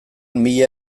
mila